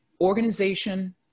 organization